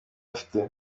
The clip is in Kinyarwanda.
afite